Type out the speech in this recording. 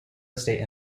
estate